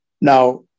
Now